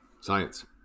Science